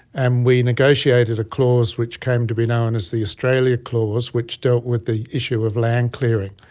and we negotiated a clause which came to be known as the australia clause which dealt with the issue of land clearing.